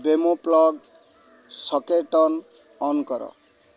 Wemo plug socket turn on କର